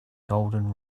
golden